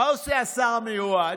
מה עשה השר המיועד?